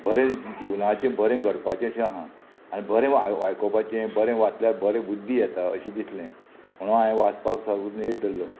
बरें जिवनाचें बरें घडपाचें अशें आहा आनी बरें आयकोपाचें बरें वाचल्यार बरें बुद्धी येता अशें दिसलें म्हणून हांयें वाचपाक सगळें नेट धल्लो